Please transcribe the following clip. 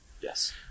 Yes